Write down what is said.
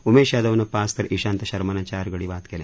उमेश यादवनं पाच तर ईशांत शर्मानं चार गडी बाद केले